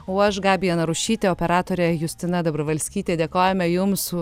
o aš gabija narušytė operatorė justina dobravalskytė dėkojame jums